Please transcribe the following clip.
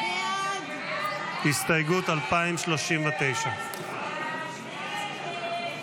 הסתייגות 2039 לא נתקבלה.